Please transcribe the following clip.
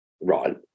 Right